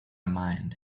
mind